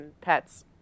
pets